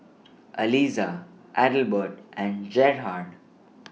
Alissa Adelbert and Gerhard